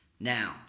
Now